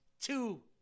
two